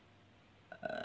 uh